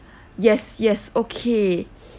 yes yes okay